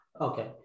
Okay